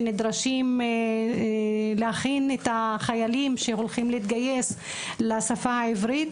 שנדרשים להכין את החיילים שהולכים להתגייס לשפה העברית.